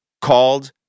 called